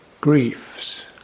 griefs